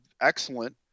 excellent